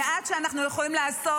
המעט שאנחנו יכולים לעשות,